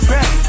Back